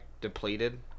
depleted